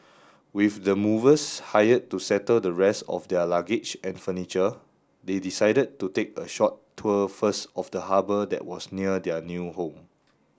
with the movers hired to settle the rest of their luggage and furniture they decided to take a short tour first of the harbour that was near their new home